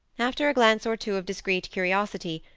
after a glance or two of discreet curiosity,